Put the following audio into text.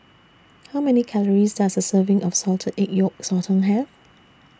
How Many Calories Does A Serving of Salted Egg Yolk Sotong Have